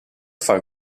fare